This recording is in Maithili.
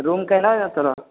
रूम केहनओ हऽ तोरो